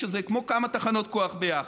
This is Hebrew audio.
שזה כמו כמה תחנות כוח ביחד.